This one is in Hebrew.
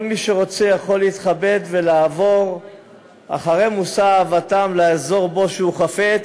כל מי שרוצה יכול להתכבד ולעבור אחרי מושא אהבתו לאזור שבו הוא חפץ.